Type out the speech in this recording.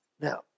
Now